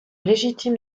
légitime